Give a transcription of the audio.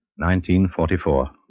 1944